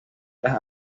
las